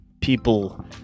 people